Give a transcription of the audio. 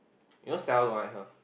you know Stella don't like her